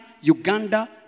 Uganda